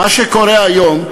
מה שקורה היום,